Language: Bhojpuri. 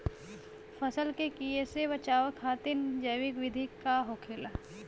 फसल के कियेसे बचाव खातिन जैविक विधि का होखेला?